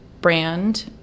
brand